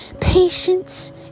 Patience